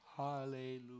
Hallelujah